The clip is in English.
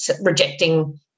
rejecting